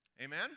Amen